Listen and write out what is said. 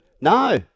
no